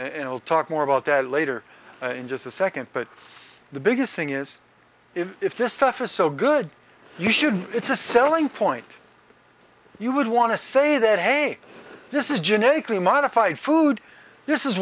all talk more about that later in just a second but the biggest thing is if this stuff is so good you should it's a selling point you would want to say that hey this is genetically modified food this is